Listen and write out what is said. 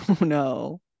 no